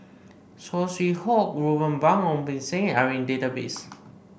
Saw Swee Hock Ruben Pang Ong Beng Seng are in database